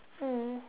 mm